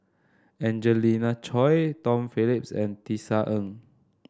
Angelina Choy Tom Phillips and Tisa Ng